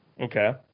Okay